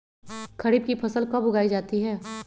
खरीफ की फसल कब उगाई जाती है?